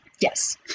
Yes